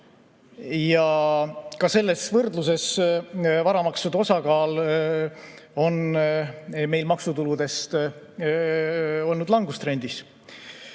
Ja ka selles võrdluses, varamaksude osakaal maksutuludes, on langustrend.